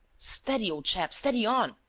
steady, old chap, steady on!